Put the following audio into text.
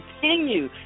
continue